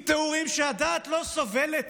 עם תיאורים שהדעת לא סובלת,